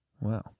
Wow